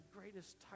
greatest